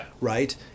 right